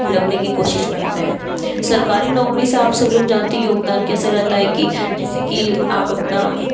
लगने की कोशिश करते हैं सरकारी नौकरी से आप सब लोग जानते योगदान कैसे रहता है कि जैसे कि आप अपना